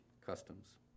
customs